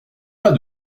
pas